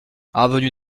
avenue